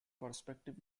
perspective